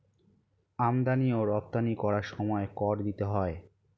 আমদানি ও রপ্তানি করার সময় কর দিতে হয়